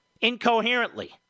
incoherently